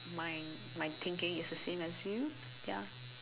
my my thinking is the same as you ya